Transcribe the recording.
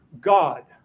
God